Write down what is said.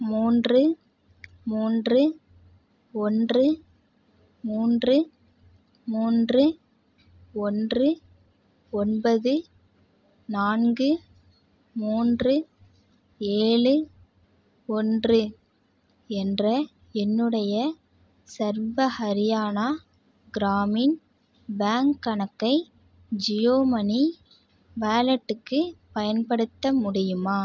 மூன்று மூன்று ஒன்று மூன்று மூன்று ஒன்று ஒன்பது நான்கு மூன்று ஏழு ஒன்று என்ற என்னுடைய சர்வ ஹரியானா கிராமின் பேங்க் கணக்கை ஜியோ மனி வாலெட்டுக்கு பயன்படுத்த முடியுமா